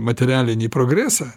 materialinį progresą